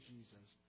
Jesus